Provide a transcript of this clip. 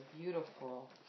Beautiful